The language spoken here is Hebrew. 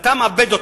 ואתה מאבד אותה.